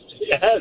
yes